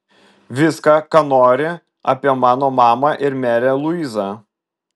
viską ką nori apie mano mamą ir merę luizą